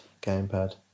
Gamepad